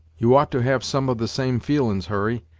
you ought to have some of the same feelin's, hurry,